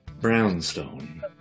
Brownstone